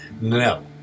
no